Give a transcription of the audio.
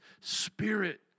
Spirit